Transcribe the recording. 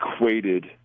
equated